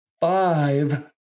five